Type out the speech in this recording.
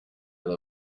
yari